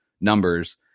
numbers